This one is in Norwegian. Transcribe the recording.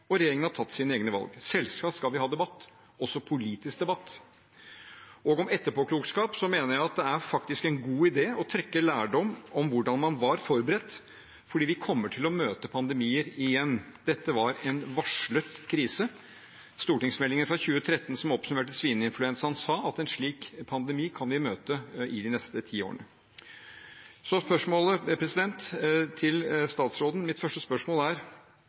Og regjeringen har tatt sine egne valg. Selvsagt skal vi ha debatt, også politisk debatt. Når det gjelder etterpåklokskap, mener jeg at det faktisk er en god idé å trekke lærdom av hvordan man var forberedt, for vi kommer til å møte pandemier igjen. Dette var en varslet krise. Stortingsmeldingen fra 2013 som oppsummerte svineinfluensaen, sa at en slik pandemi kan vi møte i løpet av de neste ti årene.